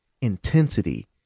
intensity